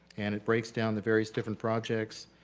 and it breaks down the various different projects